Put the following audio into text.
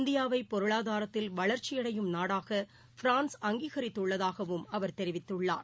இந்தியாவைபொருளாதாரத்தில் வளர்ச்சியடையும் நாடாகபிரான்ஸ் அங்கீகித்துள்ளதாகவும் அவர் தெரிவித்துள்ளார்